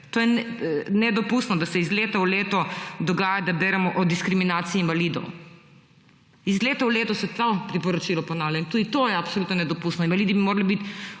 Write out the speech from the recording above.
oseb. Nedopustno je, da se iz leta v leto dogaja, da beremo o diskriminaciji invalidov. Iz leta v leto se to priporočilo ponavlja in tudi to je absolutno nedopustno. Invalidi bi morali biti